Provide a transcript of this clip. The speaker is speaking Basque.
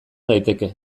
daiteke